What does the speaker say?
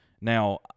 Now